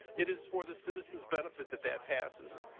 it is for the citizens benefit that that passes.